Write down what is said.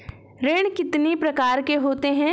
ऋण कितनी प्रकार के होते हैं?